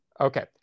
Okay